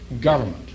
government